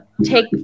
take